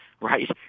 right